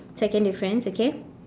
second difference okay